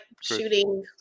shooting